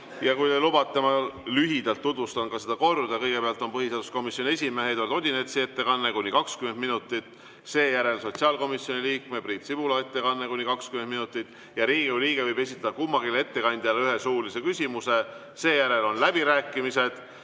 Kui te lubate, ma lühidalt tutvustan seda korda. Kõigepealt on põhiseaduskomisjoni esimehe Eduard Odinetsi ettekanne kuni 20 minutit. Seejärel on sotsiaalkomisjoni liikme Priit Sibula ettekanne kuni 20 minutit. Riigikogu liige võib esitada kummalegi ettekandjale ühe suulise küsimuse. Seejärel on läbirääkimised,